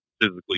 physically